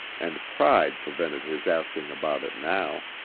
and pride prevented his asking about it now.